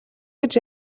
гэж